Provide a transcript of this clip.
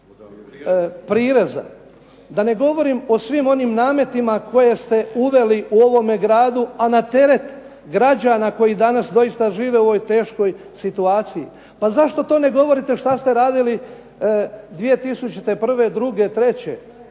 Da ne govorim o svim onim nametima koje ste uveli u ovome gradu a na teret građana koji danas doista žive u ovoj teškoj situaciji. Pa zašto to ne govorite šta ste radili 2001.,